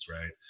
right